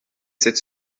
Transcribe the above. cette